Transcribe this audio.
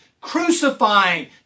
crucifying